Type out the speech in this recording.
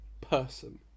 person